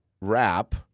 wrap